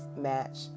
match